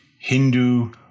Hindu